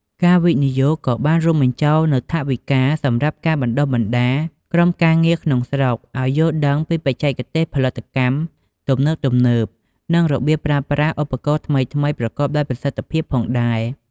ការវិនិយោគក៏បានរួមបញ្ចូលនូវថវិកាសម្រាប់ការបណ្តុះបណ្តាលក្រុមការងារក្នុងស្រុក ឱ្យយល់ដឹងពីបច្ចេកទេសផលិតកម្មទំនើបៗ និងរបៀបប្រើប្រាស់ឧបករណ៍ថ្មីៗប្រកបដោយប្រសិទ្ធភាពផងដែរ។